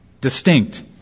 distinct